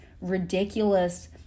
ridiculous